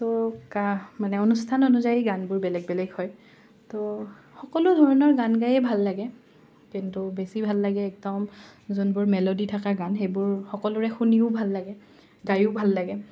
ত' কাহ মানে অনুষ্ঠান অনুযায়ী গানবোৰ বেলেগ বেলেগ হয় ত' সকলো ধৰণৰ গান গায়েই ভাল লাগে কিন্তু বেছি ভাল লাগে একদম যোনবোৰ মেলডি থকা গান সেইবোৰ সকলোৰে শুনিও ভাল লাগে গাইয়ো ভাল লাগে